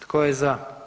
Tko je za?